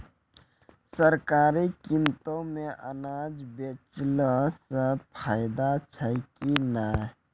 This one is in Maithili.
सरकारी कीमतों मे अनाज बेचला से फायदा छै कि नैय?